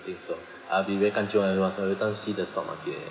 think so I'll be very kancheong one every in a time see the stock market eh